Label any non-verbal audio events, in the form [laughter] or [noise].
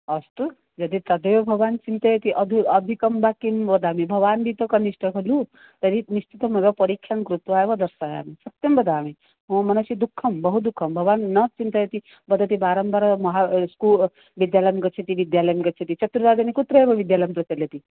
अस्तु यदि तदेव भवान् चिन्तयति अधु अधिकं वा किं वदामि भवान् बि तु कनिष्ठः खलु तर्हि निश्चितं [unintelligible] परीक्षां कृत्वा एव दर्शयामि सत्यं वदामि मम मनसि दुःखं बहुदुःखं भवान् न चिन्तयति वदति वारं वारं महा स्कू विद्यालयं गच्छति विद्यालयं गच्छति चतुर्वादने कुत्र एव विद्यालयं प्रचलति